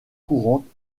courante